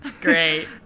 Great